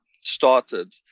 started